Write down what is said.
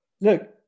Look